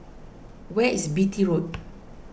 where is Beatty Road